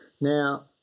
Now